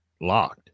locked